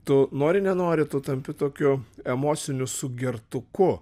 tu nori nenori tu tampi tokiu emociniu sugertuku